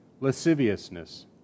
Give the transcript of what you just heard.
lasciviousness